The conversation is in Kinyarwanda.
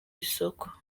isoko